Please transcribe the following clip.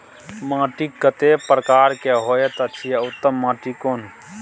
माटी कतेक प्रकार के होयत अछि आ उत्तम माटी कोन?